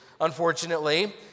Unfortunately